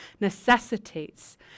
necessitates